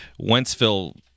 Wentzville